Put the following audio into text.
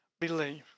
believe